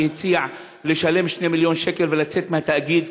שהציע לשלם 2 מיליון שקל ולצאת מהתאגיד,